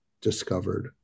discovered